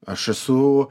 aš esu